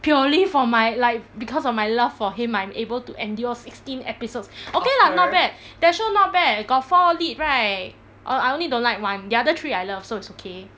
purely for my life because of my love for him I'm able to endure sixteen episodes okay lah not bad that show not bad got four lead right uh I only don't like one the other three I love so it's okay